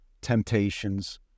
temptations